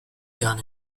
gun